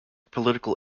political